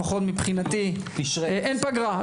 לפחות מבחינתי אין פגרה,